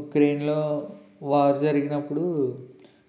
ఉక్రెయిన్లో వార్ జరిగినప్పుడు